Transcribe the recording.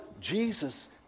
Jesus